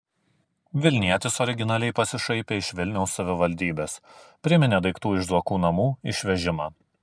vilnietis originaliai pasišaipė iš vilniaus savivaldybės priminė daiktų iš zuokų namų išvežimą